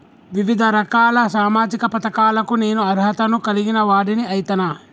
వివిధ రకాల సామాజిక పథకాలకు నేను అర్హత ను కలిగిన వాడిని అయితనా?